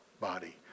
body